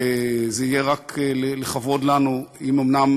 וזה יהיה רק לכבוד לנו אם אומנם,